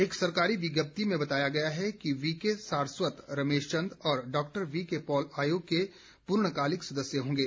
एक सरकारी विज्ञप्ति में बताया गया है कि वी के सारस्वत रमेश चन्द और डॉक्टर वी के पॉल आयोग के पूर्णकालिक सदस्य होंगे